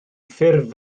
ffurf